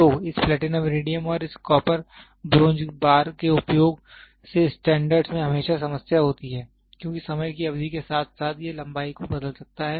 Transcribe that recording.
तो इस platinum iridium और इस कॉपर ब्रोंज बार के उपयोग से स्टैंडर्ड्स में हमेशा समस्या होती है क्योंकि समय की अवधि के साथ साथ यह लंबाई को बदल सकता है